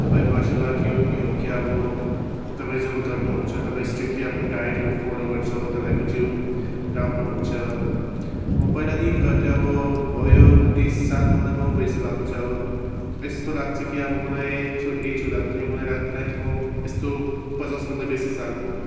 तपाईँ martial art यो पनि हो कि अब तपाईँ जब गर्नुहुन्छ तपाईँ स्ट्रिक्टली आफ्नो डाइटहरू फलो गर्छौ तपाईँको जिउ राम्रो हुन्छ म पहिलादेखि गर्थ्यो अब भयो तिस सालभन्दा म बेसी भएको छ यस्तो लाग्छ कि अब मलाई यत्रो एज हुँदा पनि मलाई लाग्दैन कि म यस्तो पचासभन्दा बेसी सालको हो